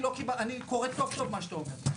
אני קורא טוב טוב מה שאתה אומר.